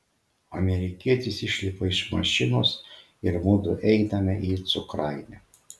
amerikietis išlipa iš mašinos ir mudu einame į cukrainę